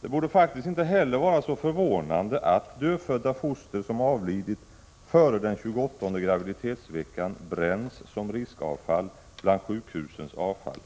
Det borde faktiskt inte heller vara så förvånande att dödfödda foster som avlidit före den tjugoåttonde graviditetsveckan bränns som riskavfall bland sjukhusens övriga avfall.